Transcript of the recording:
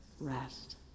Rest